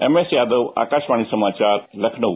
M S Yadav Akashvani समाचार लखनऊ